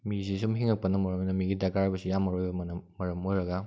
ꯃꯤꯁꯤ ꯁꯨꯝ ꯍꯤꯡꯉꯛꯄꯅ ꯃꯔꯝ ꯑꯣꯏꯅ ꯃꯤꯒꯤ ꯗꯔꯀꯥꯔ ꯑꯣꯏꯕꯁꯤ ꯌꯥꯝ ꯃꯔꯨ ꯑꯣꯏꯕ ꯃꯔꯝ ꯑꯣꯏꯔꯒ